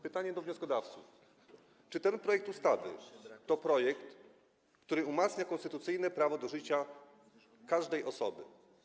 Pytanie do wnioskodawców: Czy ten projekt ustawy to projekt, który umacnia konstytucyjne prawo do życia każdej osoby?